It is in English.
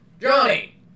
Johnny